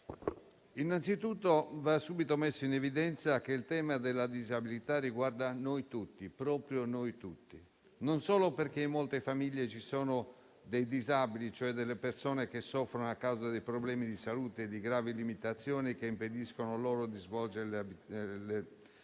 innanzitutto va subito messo in evidenza che il tema della disabilità riguarda noi tutti - proprio tutti - non solo perché in molte famiglie ci sono dei disabili, cioè delle persone che soffrono, a causa di problemi di salute, di gravi limitazioni che impediscono loro di svolgere le attività